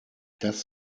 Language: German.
das